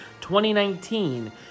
2019